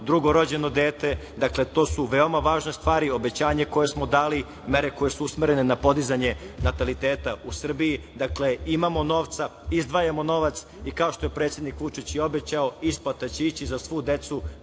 drugorođeno dete. Dakle, to su veoma važne stvari, obećanje koje smo dali, mere koje su usmerene na podizanje nataliteta u Srbiji. Dakle, imamo novca, izdvajamo novac i, kao što je predsednik Vučić i obećao, isplata će ići za svu decu